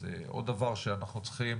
אז עוד דבר שאנחנו צריכים,